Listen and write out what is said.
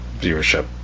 viewership